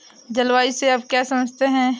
जलवायु से आप क्या समझते हैं?